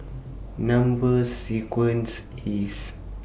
Number sequence IS